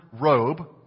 robe